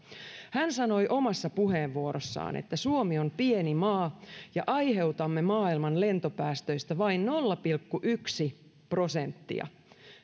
hän sanoi omassa puheenvuorossaan että suomi on pieni maa ja aiheutamme maailman lentopäästöistä vain nolla pilkku yksi prosenttia